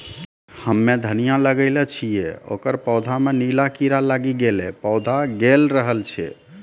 हम्मे धनिया लगैलो छियै ओकर पौधा मे नीला कीड़ा लागी गैलै पौधा गैलरहल छै?